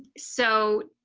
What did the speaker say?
so,